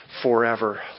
forever